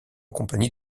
compagnie